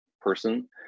person